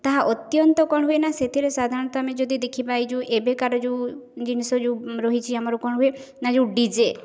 ତାହା ଅତ୍ୟନ୍ତ କ'ଣ ହୁଏ ନା ସେଥିରେ ସାଧାରଣତଃ ଆମେ ଯଦି ଦେଖିବା ଏହି ଯେଉଁ ଏବେକାର ଯଉ ଜିନିଷ ଯେଉଁ ରହିଛି ଆମର କ'ଣ ହୁଏ ଯେଉଁ ଡି ଜେ